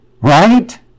right